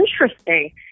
interesting